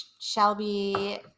Shelby